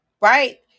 Right